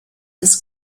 ist